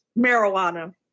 marijuana